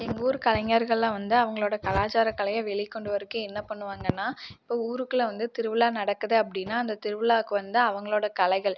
எங்கூர் கலைஞர்கலாம் வந்து அவங்ளோட கலாச்சார கலையை வெளிக் கொண்டு வரைக்கி என்ன பண்ணுவாங்கன்னால் இப்போ ஊருக்குள்ள வந்து திருவிழா நடக்குது அப்படினா அந்த திருவிழாவுக்கு வந்து அவங்களோட கலைகள்